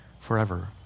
forever